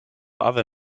other